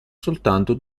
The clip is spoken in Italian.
soltanto